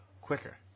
quicker